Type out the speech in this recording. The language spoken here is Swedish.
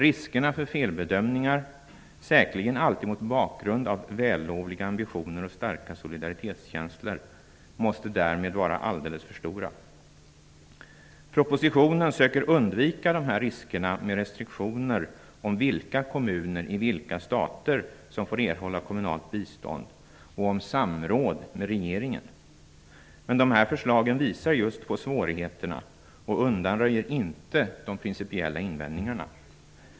Riskerna för felbedömningar, säkerligen alltid mot bakgrund av vällovliga ambitioner och starka solidaritetskänslor, måste därmed vara alldeles för stora. Propositionen söker undvika dessa risker med restriktioner om vilka kommuner i vilka stater som får erhålla kommunalt bistånd och om samråd med regeringen. Dessa förslag visar på svårigheterna och undanröjer inte de principiella invändningarna.